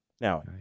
Now